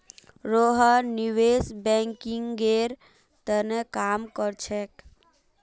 रोहन निवेश बैंकिंगेर त न काम कर छेक